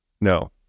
no